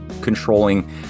controlling